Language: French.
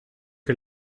que